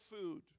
food